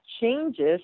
changes